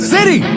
City